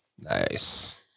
Nice